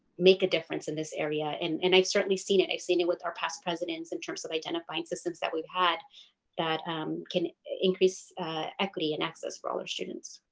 make a difference in this area and and i've certainly seen it. i've seen it with our past presidents in terms of identifying systems that we've had that can increase equity and access for all our students.